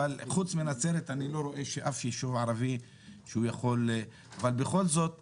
אבל חוץ מנצרת אני לא רואה שאף יישוב ערבי יכול ל אבל בכל זאת כשנגיע,